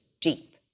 deep